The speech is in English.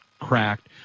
cracked